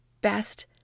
best